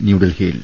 ന്യൂഡൽഹിയിൽ